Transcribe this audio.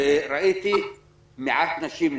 וראיתי שמעט נשים נבדקות.